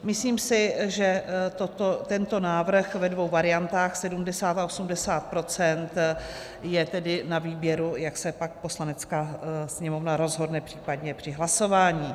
Myslím si, že tento návrh ve dvou variantách, 70 a 80 %, je tedy na výběru, jak se pak Poslanecká sněmovna rozhodne případně při hlasování.